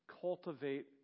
Cultivate